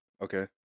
Okay